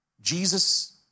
Jesus